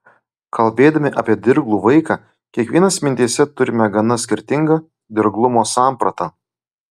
kalbėdami apie dirglų vaiką kiekvienas mintyse turime gana skirtingą dirglumo sampratą